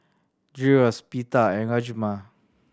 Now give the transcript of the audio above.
Gyros Pita and Rajma